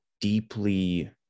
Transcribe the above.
deeply